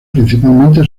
principalmente